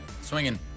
swinging